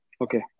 Okay